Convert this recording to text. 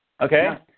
Okay